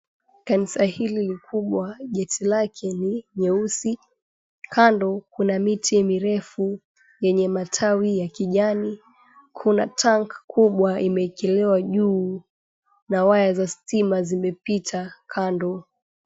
Kanisa hili ni kubwa geti lake ni nyeusi , kando kuna mti mirefu yenye matawi ya kijani . Kuna tank kubwa imewekelewa juu na waya za stima zimepita kando.